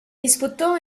disputó